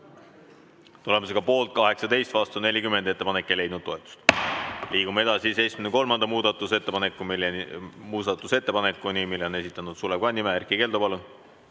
Tulemusega poolt 18, vastu 40, ettepanek ei leidnud toetust. Liigume edasi 73. muudatusettepanekuni, mille on esitanud Sulev Kannimäe. Erkki Keldo, palun!